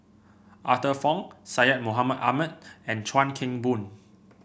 Arthur Fong Syed Mohamed Ahmed and Chuan Keng Boon